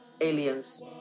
aliens